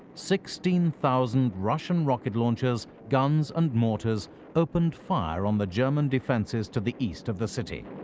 sixteen thousand russian rocket launchers, guns, and mortars opened fire on the german defenses to the east of the city.